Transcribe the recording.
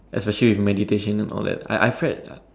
as achieve with meditation and all that I I've actually read